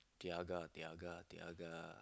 Tiaga Tiaga Tiaga